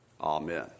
Amen